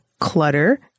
clutter